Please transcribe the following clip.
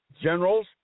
generals